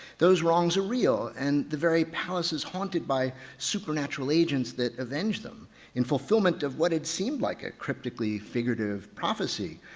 those wrongs are real and the very palace is haunted by supernatural agents that avenge them in fulfillment of what it seemed like a cryptically figurative prophecy.